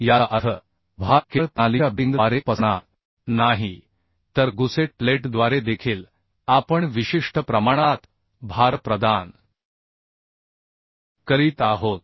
याचा अर्थ भार केवळ प्रणालीच्या बेरिंगद्वारेच पसरणार नाही तर गुसेट प्लेटद्वारे देखील आपण विशिष्ट प्रमाणात भार प्रदान करीत आहोत